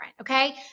okay